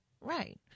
right